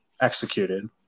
executed